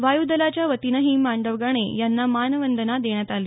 वायूदलाच्या वतीनंही मांडवगणे यांना मानवंदना देण्यात आली